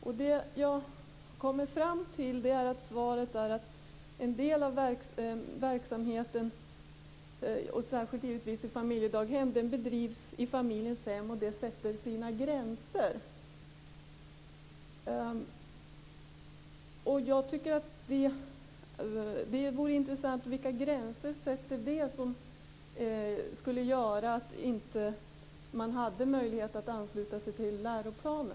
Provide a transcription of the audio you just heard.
Jag har kommit fram till att svaret är att en del av verksamheten, och särskilt den i familjedaghem, bedrivs i familjens hem, och det sätter sina gränser. Jag tycker att det vore intressant att få höra vilka gränser det sätter som skulle göra att man inte kan få möjlighet att ansluta sig till läroplanen.